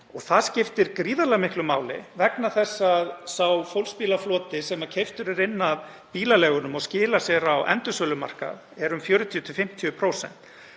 Það skiptir gríðarlega miklu máli vegna þess að fólksbílaflotinn sem keyptur er inn af bílaleigunum og skilar sér á endursölumarkað er um 40–50%